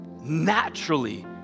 naturally